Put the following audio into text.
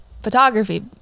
photography